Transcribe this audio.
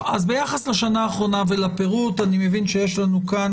אז ביחס לשנה האחרונה ולפירוט אני מבין שיש לנו כאן